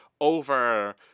over